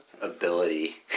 ability